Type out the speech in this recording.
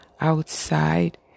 outside